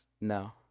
No